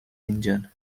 engine